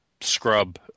scrub